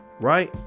Right